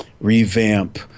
revamp